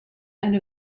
end